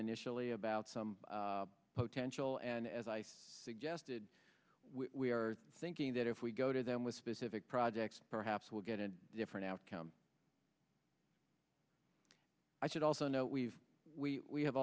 initially about some potential and as i suggested we are thinking that if we go to them with specific projects perhaps we'll get a different outcome i should also know we've we have